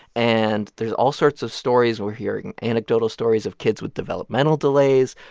and there's all sorts of stories we're hearing anecdotal stories of kids with developmental delays,